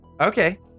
Okay